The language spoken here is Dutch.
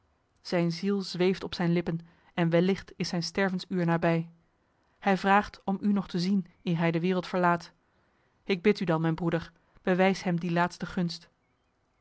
zijn ziel zweeft op zijn lippen en wellicht is zijn stervensuur nabij hij vraagt om u nog te zien eer hij de wereld verlaat ik bid u dan mijn broeder bewijs hem die laatste gunst